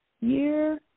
year